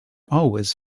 always